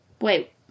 Wait